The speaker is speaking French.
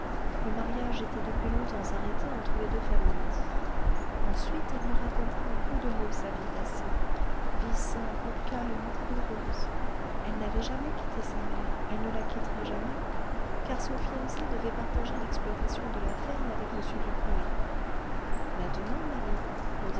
le mariage était depuis longtemps arrêté entre les deux familles ensuite elle me raconta en peu de mots sa vie passée vie simple calme heureuse elle n'avait jamais quitté sa mère elle ne la quitterait jamais car son fiancé devait partager l'exploitation de la ferme avec m dubreuil maintenant marie